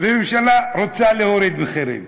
וממשלה רוצה להוריד מחירים.